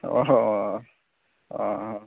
অঁ অঁ অঁ